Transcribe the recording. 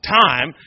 time